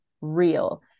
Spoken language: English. real